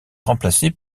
remplacés